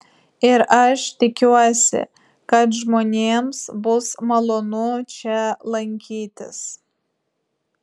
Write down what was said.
ir aš tikiuosi kad žmonėms bus malonu čia lankytis